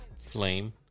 Flame